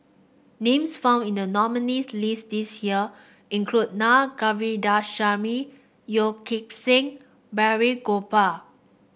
names found in the nominees' list this year include Naa Govindasamy Yeo Kim Seng Balraj Gopal